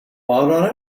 out